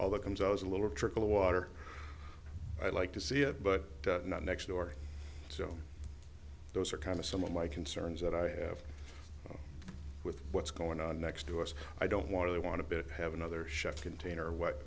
all that comes out as a little trickle of water i'd like to see it but not next door so those are kind of some of my concerns that i have with what's going on next to us i don't want to they want to have another shut container